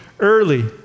early